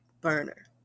burner